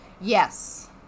Yes